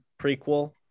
prequel